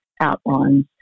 outlines